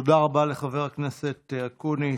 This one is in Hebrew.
תודה רבה לחבר הכנסת אקוניס.